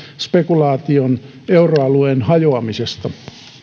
spekulaation euroalueen hajoamisesta